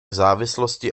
závislosti